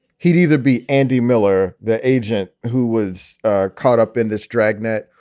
he'd either be andy miller, the agent who was caught up in this dragnet,